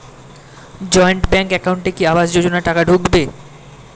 Joint bank একাউন্টে কি আবাস যোজনা টাকা ঢুকবে?